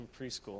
Preschool